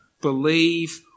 Believe